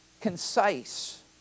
concise